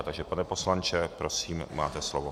Takže pane poslanče, prosím, máte slovo.